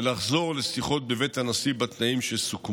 ולחזור לשיחות בבית הנשיא בתנאים שסוכמו.